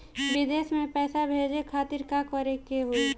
विदेश मे पैसा भेजे खातिर का करे के होयी?